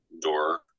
door